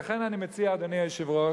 לכן אני מציע, אדוני היושב-ראש,